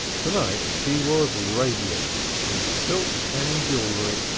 to-night she was radiant in silk and jewelry,